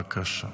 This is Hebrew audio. בבקשה.